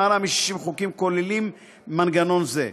למעלה מ-60 חוקים כוללים מנגנון זה.